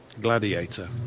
gladiator